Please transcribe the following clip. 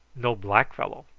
no black fellow.